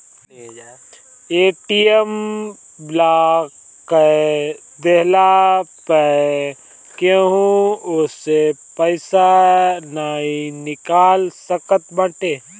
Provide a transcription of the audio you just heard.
ATM block कअ देहला पअ केहू ओसे पईसा नाइ निकाल सकत बाटे